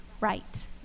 right